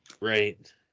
Right